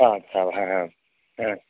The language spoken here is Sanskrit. ह ह ह ह